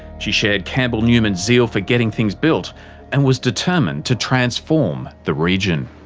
she shared campbell newman's zeal for getting things built and was determined to transform the region.